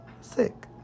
sick